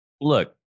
Look